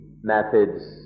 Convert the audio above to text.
methods